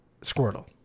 Squirtle